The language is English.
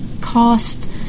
cost